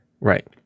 right